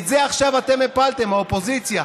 את זה עכשיו אתם הפלתם, האופוזיציה.